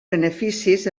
beneficis